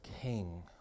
king